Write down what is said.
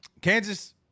Kansas